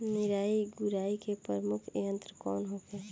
निकाई गुराई के प्रमुख यंत्र कौन होखे?